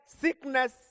sickness